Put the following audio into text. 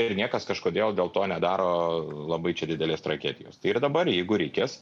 ir niekas kažkodėl dėl to nedaro labai čia didelės tragedijos tai ir dabar jeigu reikės